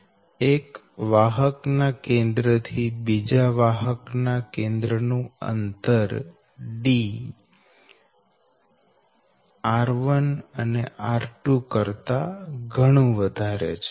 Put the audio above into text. એક વાહક ના કેન્દ્ર થી બીજા વાહક ના કેન્દ્ર નું અંતર D r1 અને r2 કરતા ઘણુ વધારે છે